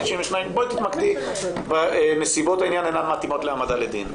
92%. בואי תתמקדי בנסיבות העניין אינן מתאימות להעמדה לדין.